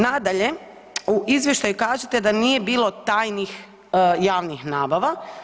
Nadalje, u izvještaju kažete da nije bilo tajnih javnih nabava.